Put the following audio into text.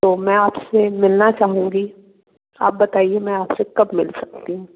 तो मैं आपसे मिलना चाहूँगी आप बताईए मैं आप से कब मिल सकती हूँ